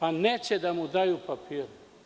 Ali, neće da mu daju papire.